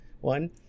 one